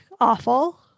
awful